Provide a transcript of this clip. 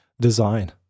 design